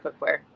cookware